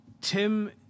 Tim